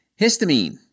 Histamine